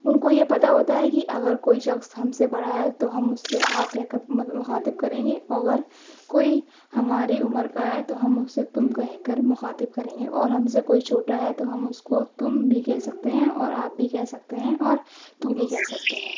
اُن کو یہ پتہ ہوتا کہ اگر کوئی شخص ہم سے بڑا ہے تو ہم اُس سے آپ کہہ کر مخاطب کریں گے اگر کوئی ہماری عمر کا ہے تو ہم اُن سے تم کہہ کر مخاطب کریں گے اور ہم سے کوئی چھوٹا ہے تو ہم اُس کو تم بھی کہہ سکتے ہیں اور آپ بھی کہہ سکتے ہیں اور تو بھی کہہ سکتے ہیں